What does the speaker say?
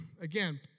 Again